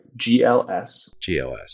GLS